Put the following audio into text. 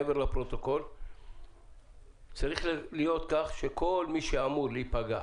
מעבר לפרוטוקול צריך להיות שכל מי שאמור להיפגע